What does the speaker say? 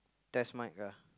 test mic ah